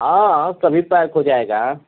हाँ हाँ सभी पैक हो जाएगा